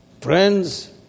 Friends